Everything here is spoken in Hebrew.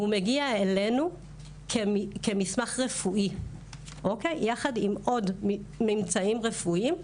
הוא מגיע אלינו כמסמך רפואי יחד עם עוד ממצאים רפואיים.